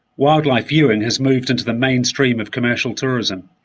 wildlife viewing has moved into the mainstream of commercial tourism.